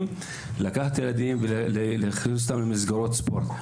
לקחת את הילדים ולהכניס אותם למסגרות ספורט.